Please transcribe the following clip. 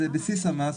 בסיס המס,